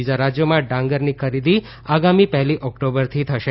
બીજા રાજ્યોમાં ડાંગરની ખરીદી આગામી પહેલી ઓક્ટોબરથી થશે